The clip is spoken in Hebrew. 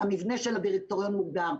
המבנה של הדירקטוריון מוגדר,